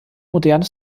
moderne